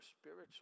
spiritual